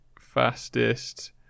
Fastest